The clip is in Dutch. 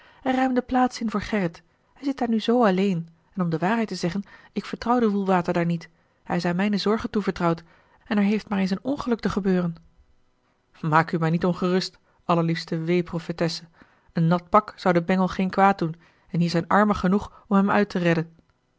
en ruim de plaats in voor gerrit hij zit daar nu zoo alleen en om de waarheid te zeggen ik vertrouw den woelwater daar niet hij is aan mijne zorge toevertrouwd en er heeft maar eens een ongeluk te gebeuren maak u maar niet ongerust allerliefste weeprofetesse een nat pak zou den bengel geen kwaad doen en hier zijn armen genoeg om hem uit te redden